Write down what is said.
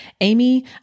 Amy